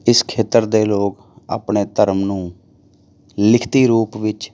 ਇਸ ਖੇਤਰ ਦੇ ਲੋਕ ਆਪਣੇ ਧਰਮ ਨੂੰ ਲਿਖਤੀ ਰੂਪ ਵਿੱਚ